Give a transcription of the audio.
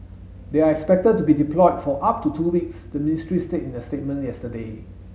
they are expected to be deployed for up to two weeks the ministry said in the statement yesterday